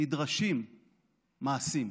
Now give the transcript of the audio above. נדרשים מעשים,